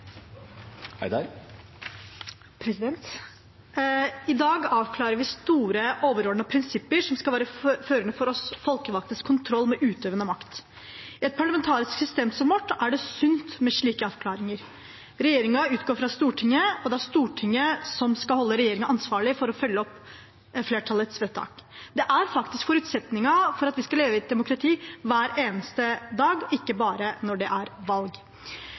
I dag avklarer vi store, overordnede prinsipper som skal være førende for oss folkevalgtes kontroll med utøvende makt. I et parlamentarisk system som vårt er det sunt med slike avklaringer. Regjeringen utgår fra Stortinget, og det er Stortinget som skal holde regjeringen ansvarlig for å følge opp flertallets vedtak. Det er faktisk forutsetningen for at vi skal leve i et demokrati hver eneste dag, ikke bare når det er valg.